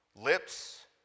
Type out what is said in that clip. lips